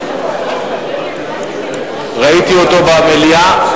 ראיתי אותו במליאה.